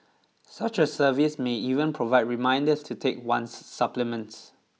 such a service may even provide reminders to take one's supplements